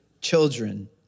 children